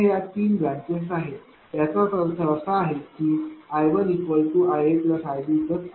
इथे ह्या तीन ब्रांचेस आहेत याचा अर्थ असा आहे की I1iAiBiCआहे